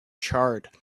charred